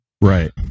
Right